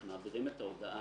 אנחנו מעבירים את ההודעה